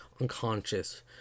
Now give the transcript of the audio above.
unconscious